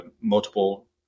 multiple